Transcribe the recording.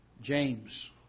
James